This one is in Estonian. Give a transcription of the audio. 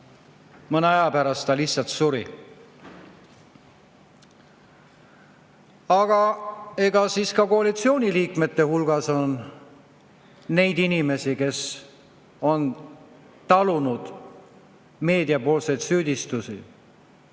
mõne aja pärast ta lihtsalt suri. Aga ka koalitsiooni liikmete hulgas on neid inimesi, kes on talunud meedia süüdistusi.